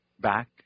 back